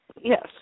Yes